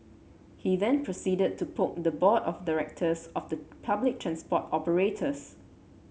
he then proceeded to poke the board of directors of the public transport operators